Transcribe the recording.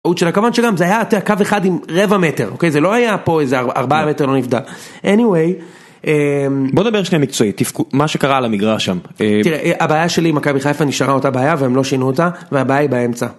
זה היה קו אחד עם רבע מטר, זה לא היה פה איזה ארבעה מטר לא נפגע. איניווי, בוא נדבר שנייה מקצועית, מה שקרה על המגרש שם. תראה הבעיה שלי עם מכבי החיפה נשארה אותה בעיה והם לא שינו אותה והבעיה היא באמצע.